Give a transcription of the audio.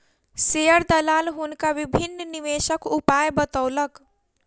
share दलाल हुनका विभिन्न निवेशक उपाय बतौलक